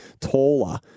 taller